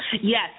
Yes